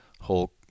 whole